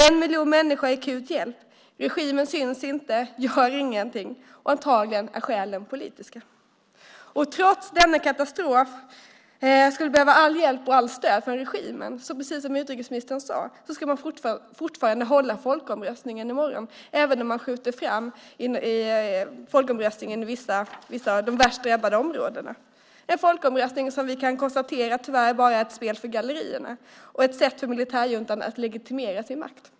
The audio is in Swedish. En miljon människor är i behov av akut hjälp. Regimen syns inte och gör ingenting. Och antagligen är skälen politiska. Trots att man i denna katastrof skulle behöva all hjälp och allt stöd från regimen ska man ändå, precis som utrikesministern sade, hålla folkomröstningen i morgon, även om man skjuter fram den i vissa av de värst drabbade områdena. Vi kan konstatera att det är en folkomröstning som tyvärr bara är ett spel för gallerierna och ett sätt för militärjuntan att legitimera sin makt.